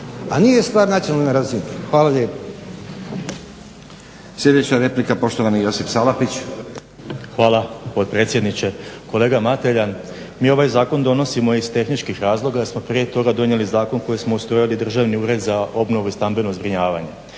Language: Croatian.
a nije stvar nacionalne razine. Hvala lijepa. **Stazić, Nenad (SDP)** Sljedeća replika, poštovani Josip Salapić. **Salapić, Josip (HDSSB)** Hvala potpredsjedniče. Kolega Mateljan, mi ovaj zakon donosimo iz tehničkih razloga jer smo prije toga donijeli zakon kojim smo ustrojili Državni ured za obnovu i stambeno zbrinjavanje.